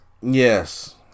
Yes